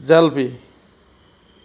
jalebi